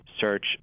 search